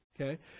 Okay